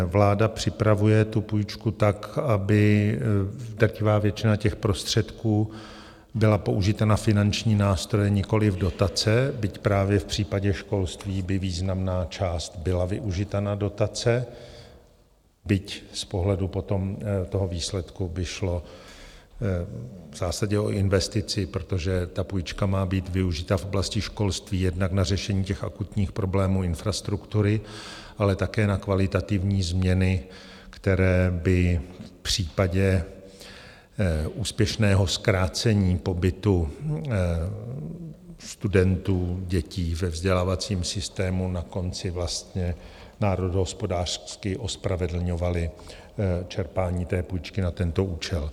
Vláda připravuje tu půjčku tak, aby drtivá většina prostředků byla použita na finanční nástroje, nikoliv dotace, byť právě v případě školství by významná část byla využita na dotace, byť z pohledu potom toho výsledku by šlo v zásadě o investici, protože ta půjčka má být využita v oblasti školství jednak na řešení akutních problémů infrastruktury, ale také na kvalitativní změny, které by případě úspěšného zkrácení pobytu studentů, dětí ve vzdělávacím systému na konci vlastně národohospodářsky ospravedlňovaly čerpání té půjčky na tento účel.